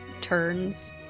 turns